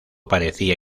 parecía